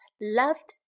loved